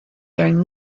during